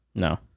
No